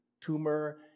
tumor